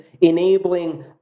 enabling